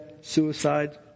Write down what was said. suicide